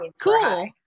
cool